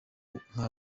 nka